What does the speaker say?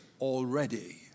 already